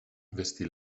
vestì